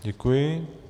Děkuji.